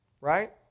Right